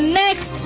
next